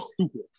stupid